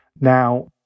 Now